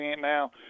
now